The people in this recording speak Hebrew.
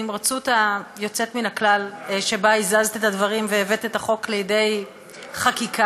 הנמרצות היוצאת מן הכלל שבה הזזת את הדברים והבאת את החוק לידי חקיקה.